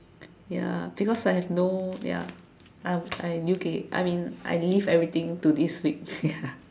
ya because I have no ya I in U_K I mean I leave everything till this week ya